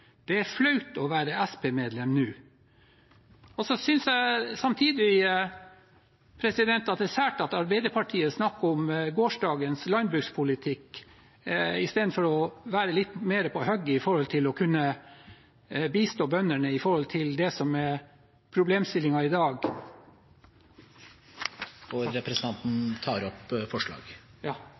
Det er flaut å vera Sp-medlem no.» Jeg synes samtidig at det er sært at Arbeiderpartiet snakker om gårsdagens landbrukspolitikk istedenfor å være litt mer på hugget med tanke på å kunne bistå bøndene i det som er problemstillingen i dag. Jeg tar opp forslagene Fremskrittspartiet har sammen med andre partier i saken. Representanten Terje Hansen har tatt opp